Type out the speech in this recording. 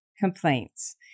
complaints